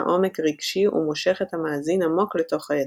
עומק רגשי ומושך את המאזין עמוק לתוך היצירה.